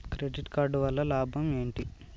Credit card వల్ల లాభం ఏంటి?